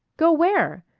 go where?